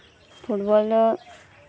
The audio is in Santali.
ᱯᱷᱩᱴᱵᱚᱞ ᱫᱚ